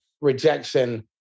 rejection